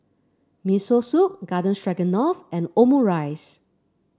Miso Soup Garden Stroganoff and Omurice